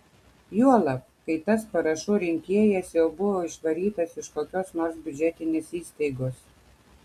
juolab kai tas parašų rinkėjas jau buvo išvarytas iš kokios nors biudžetinės įstaigos